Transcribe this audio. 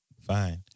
Fine